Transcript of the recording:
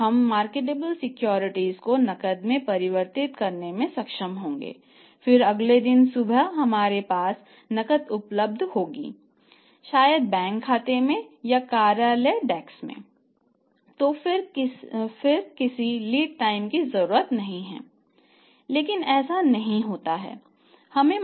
लेकिन ऐसा नहीं होता है